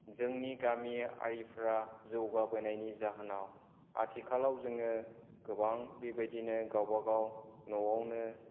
जोंनि गामियारिफोरा जौगाबोनायनि जाहोनाव आथिखालाव जोङो गोबां बेबायदिनो गावबागाव न'आवनो